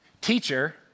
Teacher